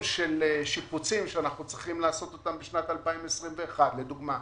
של שיפוצים שאנחנו צריכים לעשות בשנת 2021. לדוגמה,